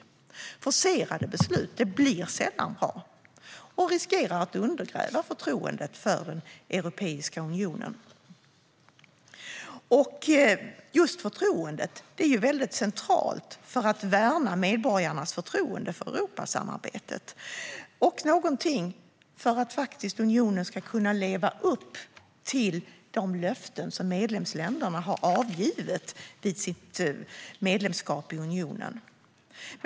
Forcerade beslut blir sällan bra utan riskerar att undergräva förtroendet för Europeiska unionen. Just förtroendet är väldigt centralt för att värna medborgarnas förtroende för Europasamarbetet så att unionen ska kunna leva upp till de löften som medlemsländerna har avgett vid sitt medlemskap i unionen.